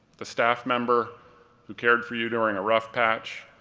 the staff member who cared for you during a rough patch,